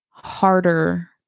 harder